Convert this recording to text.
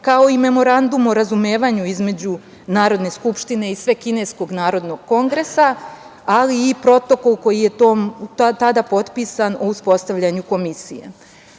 kao i Memorandum o razumevanju između Narodne skupštine i Svekineskog narodnog kongresa, ali i protokol koji je tada potpisan o uspostavljanju Komisije. Ovakve